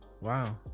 Wow